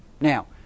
Now